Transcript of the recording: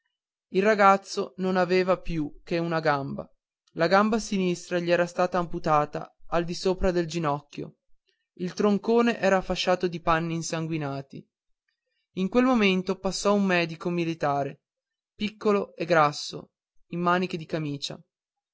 il ragazzo non aveva più che una gamba la gamba sinistra gli era stata amputata al di sopra del ginocchio il troncone era fasciato di panni insanguinati in quel momento passò un medico militare piccolo e grasso in maniche di camicia